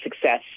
success